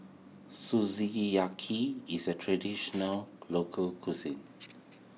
is a Traditional Local Cuisine